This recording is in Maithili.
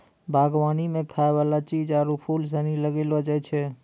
बागवानी मे खाय वाला चीज आरु फूल सनी लगैलो जाय छै